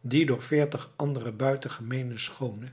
die door veertig andere buitengemeene schoone